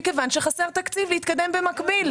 מכיוון שחסר תקציב להתקדם במקביל.